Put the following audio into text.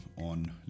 on